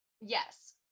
yes